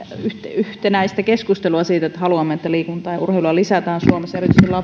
yhtenäistä keskustelua siitä että haluamme että liikuntaa ja urheilua lisätään suomessa ja erityisesti